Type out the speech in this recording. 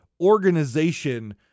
organization